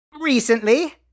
recently